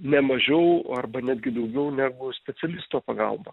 ne mažiau o arba netgi daugiau negu specialisto pagalba